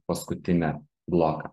paskutinę bloką